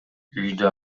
үйдө